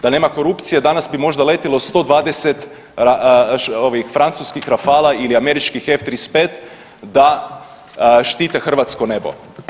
Da nema korupcije danas bi možda letilo 120 ovih francuskih Rafala ili američkih F35 da štite hrvatsko nebo.